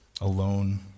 alone